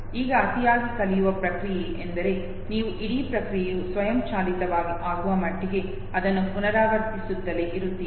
ಈಗ ಅತಿಯಾಗಿ ಕಲಿಯುವ ಪ್ರಕ್ರಿಯೆ ಎಂದರೆ ನೀವು ಇಡೀ ಪ್ರಕ್ರಿಯೆಯು ಸ್ವಯಂಚಾಲಿತವಾಗಿ ಆಗುವ ಮಟ್ಟಿಗೆ ಅದನ್ನು ಪುನರಾವರ್ತಿಸುತ್ತಲೇ ಇರಿ